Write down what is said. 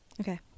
Okay